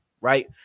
right